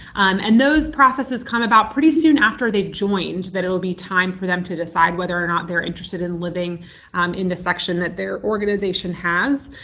and those processes come about pretty soon after they joined that it will time for them to decide whether or not they're interested in living in the section that their organization has.